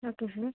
okay sir